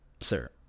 Sir